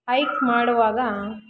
hike ಮಾಡುವಾಗ